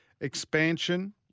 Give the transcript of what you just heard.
Expansion